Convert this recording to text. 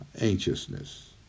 anxiousness